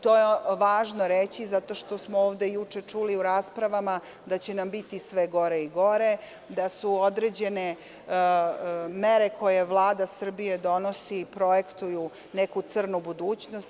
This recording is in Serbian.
To je važno reći zato što smo ovde juče čuli u raspravama da će nam biti sve gore i gore, da određene mere koje Vlada Srbije donosi projektuju neku crnu budućnost.